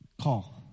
call